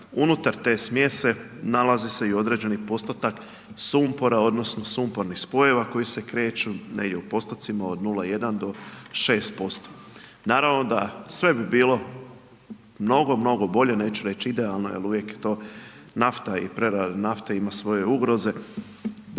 Unutar te smjese nalazi se i određeni postotak sumpora odnosno sumpornih spojeva koji se kreću, negdje u postocima od 0,1 do 6%. Naravno da sve bi bilo mnogo, mnogo bolje, neću reći idealno jer uvijek to nafta i prerada nafte ima svoje ugroze